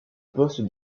poste